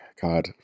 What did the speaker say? God